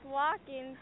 walking